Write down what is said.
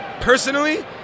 personally